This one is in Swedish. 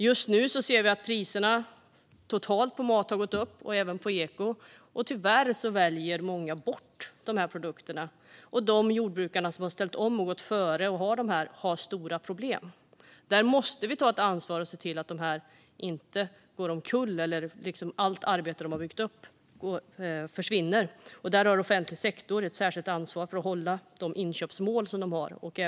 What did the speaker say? Just nu ser vi att priserna på mat totalt har gått upp, även på ekoprodukter - och tyvärr väljer många bort de produkterna. De jordbrukare som har ställt om och gått före och som producerar dessa har stora problem. Där måste vi ta ansvar och se till att dessa jordbrukare inte går omkull eller att allt det arbete de lagt ned försvinner. Offentlig sektor har ett särskilt ansvar att hålla de inköpsmål som finns.